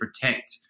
protect